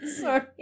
Sorry